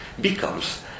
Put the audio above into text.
becomes